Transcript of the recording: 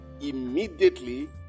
immediately